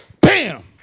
Bam